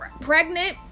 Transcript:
pregnant